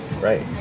Right